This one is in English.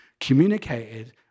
communicated